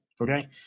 Okay